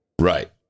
Right